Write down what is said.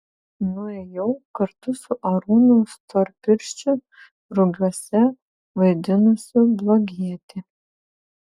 nuėjau kartu su arūnu storpirščiu rugiuose vaidinusiu blogietį